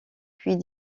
puis